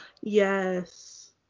Yes